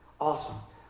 Awesome